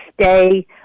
stay